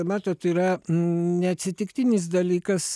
matot yra neatsitiktinis dalykas